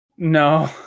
no